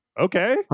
okay